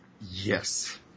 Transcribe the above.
Yes